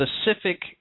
specific